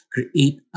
Create